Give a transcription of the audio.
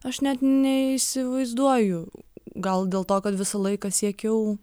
aš net neįsivaizduoju gal dėl to kad visą laiką siekiau